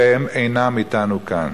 והם אינם אתנו כאן.